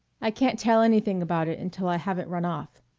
i can't tell anything about it until i have it run off.